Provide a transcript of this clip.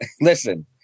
Listen